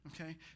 Okay